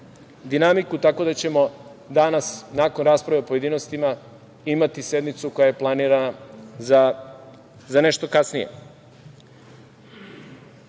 dinamiku, tako da ćemo danas, nakon rasprave u pojedinostima, imati sednicu koja je planirana za nešto kasnije. Mislim